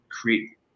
create